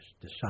decide